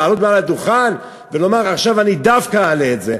לעלות ומעל הדוכן ולומר: עכשיו אני דווקא אעלה את זה,